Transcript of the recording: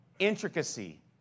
intricacy